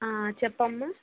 చెప్పమ్మా